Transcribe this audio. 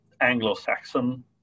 Anglo-Saxon